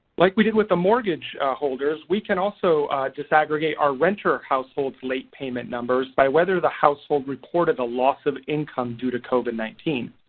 like we did with the mortgage holders we can also disaggregate our renter ah households late payment numbers by whether the household reported a loss of income due to covid nineteen.